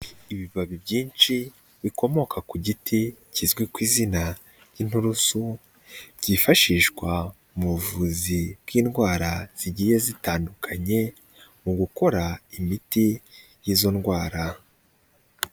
Ibibabi byinshi bikomoka ku giti kizwi ku izina ry'inturusu byifashishwa mu buvuzi bw'indwara zigiye zitandukanye, mu gukora imiti y'izo ndwara.